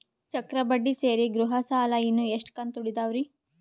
ಚಕ್ರ ಬಡ್ಡಿ ಸೇರಿ ಗೃಹ ಸಾಲ ಇನ್ನು ಎಷ್ಟ ಕಂತ ಉಳಿದಾವರಿ?